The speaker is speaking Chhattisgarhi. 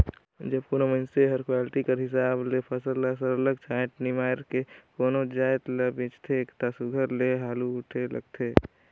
जब कोनो मइनसे हर क्वालिटी कर हिसाब ले फसल ल सरलग छांएट निमाएर के कोनो जाएत ल बेंचथे ता सुग्घर ले हालु उठे लगथे